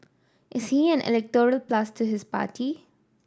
is he an electoral plus to his party